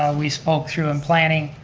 ah we spoke through in planning,